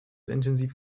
intensiv